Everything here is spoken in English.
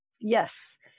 Yes